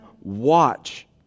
watch